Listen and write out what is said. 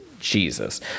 jesus